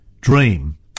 dream